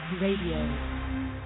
Radio